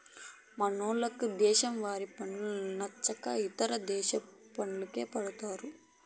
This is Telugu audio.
హ మనోళ్లకు దేశవాలి పండ్లు నచ్చక ఇదేశి పండ్లకెగపడతారు